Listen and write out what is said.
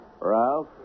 Ralph